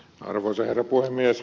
arvoisa herra puhemies